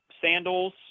sandals